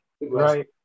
Right